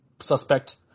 suspect –